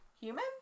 human